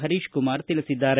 ಹರೀಶ್ಕುಮಾರ್ ತಿಳಿಸಿದ್ದಾರೆ